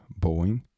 Boeing